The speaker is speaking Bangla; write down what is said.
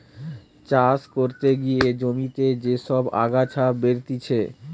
চাষ করতে গিয়ে জমিতে যে সব আগাছা বেরতিছে